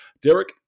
Derek